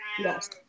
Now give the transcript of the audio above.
Yes